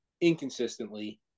inconsistently